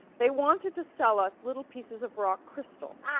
they wanted to sell us little pieces of rock crystal.